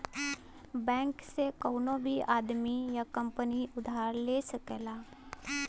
bank से कउनो भी आदमी या कंपनी उधार ले सकला